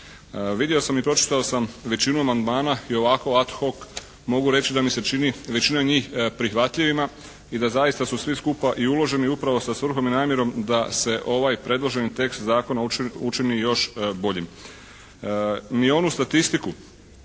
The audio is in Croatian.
Vidio sam i pročitao sam većinu amandmana i ovako ad hoc mogu reći da mi se čini većina njih prihvatljivima i da zaista su svi skupa i uloženi upravo sa svrhom i namjerom da se ovaj predloženi tekst zakona učini još boljim.